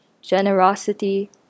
generosity